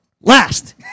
Last